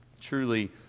truly